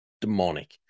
demonic